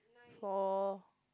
four